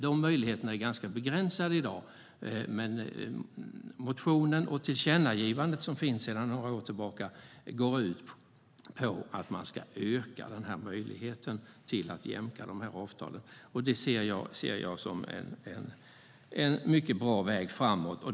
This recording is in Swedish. De möjligheterna är ganska begränsade i dag, men motionen och tillkännagivandet som finns sedan några år tillbaka går ut på att man ska öka möjligheten att jämka de här avtalen. Det ser jag som en mycket bra väg framåt.